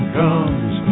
comes